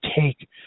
take